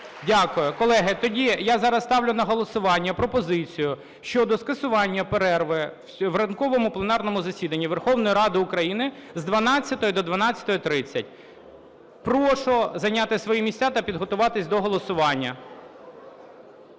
Дякую. Колеги, тоді я зараз ставлю на голосування пропозицію щодо скасування перерви в ранковому пленарному засіданні Верховної Ради України з 12 до 12:30. Прошу зайняти свої місця та підготуватися до голосування.